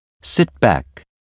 sit-back